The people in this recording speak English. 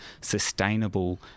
sustainable